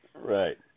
Right